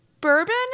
bourbon